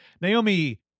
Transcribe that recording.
Naomi